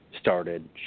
started